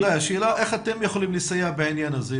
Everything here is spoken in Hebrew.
השאלה איך אתם יכולים לסייע בעניין הזה,